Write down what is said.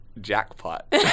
jackpot